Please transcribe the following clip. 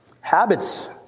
Habits